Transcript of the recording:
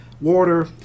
water